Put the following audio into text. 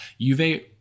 Juve